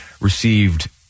received